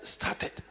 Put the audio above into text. started